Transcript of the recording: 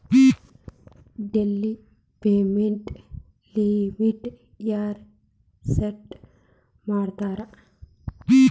daily payment ಲಿಮಿಟ್ನ ಯಾರ್ set ಮಾಡ್ತಾರಾ